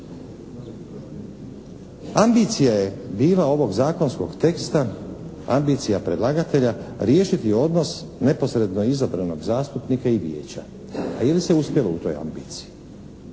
Ambicija je bila ovog zakonskog teksta, ambicija predlagatelja riješiti odnos neposredno izabranog zastupnika i Vijeća. A je li se uspjelo u toj ambiciji?